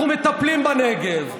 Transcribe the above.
אנחנו מטפלים בנגב,